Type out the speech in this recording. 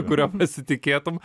kuriuo pasitikėtum